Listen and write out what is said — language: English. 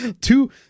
two